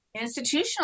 institutional